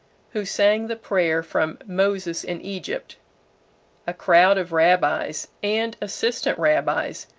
who sang the prayer from moses in egypt a crowd of rabbis, and assistant-rabbis,